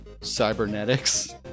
cybernetics